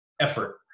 effort